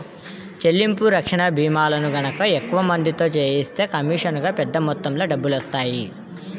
చెల్లింపు రక్షణ భీమాలను గనక ఎక్కువ మందితో చేయిస్తే కమీషనుగా పెద్ద మొత్తంలో డబ్బులొత్తాయి